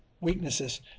weaknesses